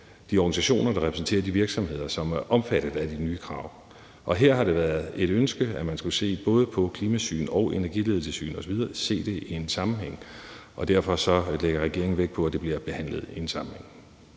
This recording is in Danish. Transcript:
de organisationer, der repræsenterer de virksomheder, som er omfattet af de nye krav, og her har det været et ønske, at man skulle se på både klimasyn og energiledelsessyn osv. og se det i en sammenhæng. Derfor lægger regeringen vægt på, at det bliver behandlet i en sammenhæng.